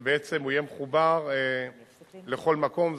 ובעצם הוא יהיה מחובר לכל מקום.